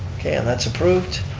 okay, and that's approved.